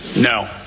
No